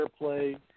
airplay